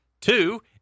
Two